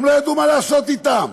הם לא ידעו מה לעשות אתם,